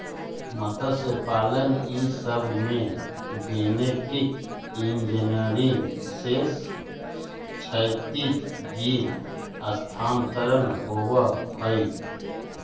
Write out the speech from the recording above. मत्स्यपालन ई सब में गेनेटिक इन्जीनियरिंग से क्षैतिज जीन स्थानान्तरण होब हई